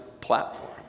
platform